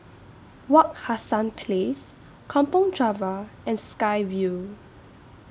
Wak Hassan Place Kampong Java and Sky Vue